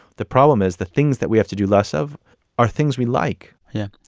the problem is the things that we have to do less of are things we like yeah.